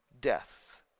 death